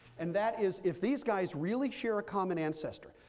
and that is, if these guys really share a common ancestor,